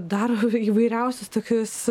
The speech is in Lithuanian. dar įvairiausius tokius